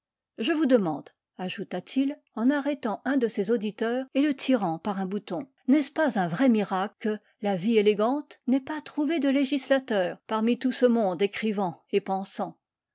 je vous demande ajouta-t-il en arrê tant un de ses auditeurs et le tirant par un bouton n'est-ce pas un vrai miracle que la vie élégante n'ait pas trouvé de législateurs parmi tout ce monde écrivant et pensant